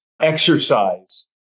exercise